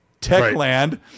Techland